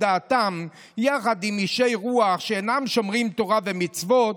דעתם יחד עם אישי רוח שאינם שומרים תורה ומצוות,